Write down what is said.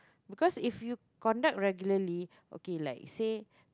because if you conduct regularly okay like say